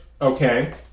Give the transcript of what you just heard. okay